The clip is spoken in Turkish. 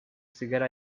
sigara